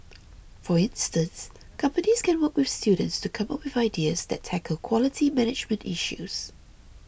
for instance companies can work with students to come up with ideas that tackle quality management issues